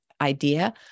idea